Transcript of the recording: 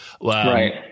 Right